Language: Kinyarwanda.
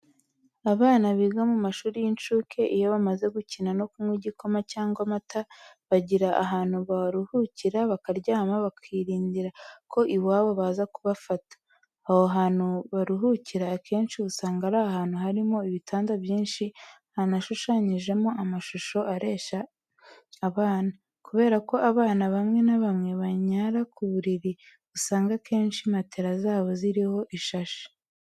Abana biga mu mashuri y'incuke iyo bamaze gukina no kunywa igikoma cyangwa amata, bagira ahantu baruhukira bakaryama bakarindira ko iwabo baza kubafata, aho hantu baruhukira akenshi usanga ari ahantu harimo ibitanda byinshi, hanashushanyijemo amashusho areshya abana, kubera ko abana bamwe na bamwe banyara ku buriri, usanga akenshi matera zabo ziriho ishashi.